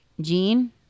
Gene